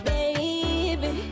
Baby